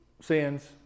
sins